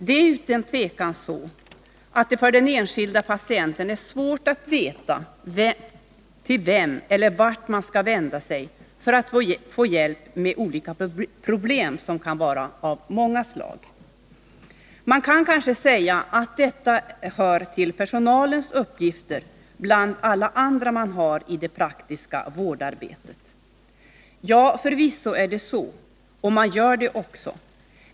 Det är utan tvivel så att det för den enskilda patienten är svårt att veta till vem eller vart man skall vända sig för att få hjälp med olika problem, som kan vara av många slag. Man kan kanske säga att detta hör till personalens uppgifter bland alla andra i det praktiska vårdarbetet. Ja, förvisso är det så, och personalen fullgör också dessa uppgifter.